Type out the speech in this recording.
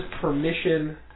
permission